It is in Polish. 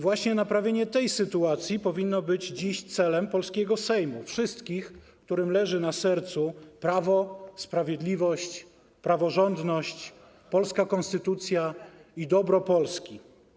Właśnie naprawienie tej sytuacji powinno być dziś celem polskiego Sejmu i wszystkich tych, którym leży na sercu prawo, sprawiedliwość, praworządność, polska konstytucja i dobro Polski.